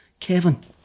Kevin